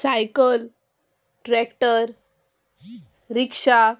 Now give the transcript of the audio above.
cycle tractor rickshaw